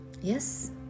yes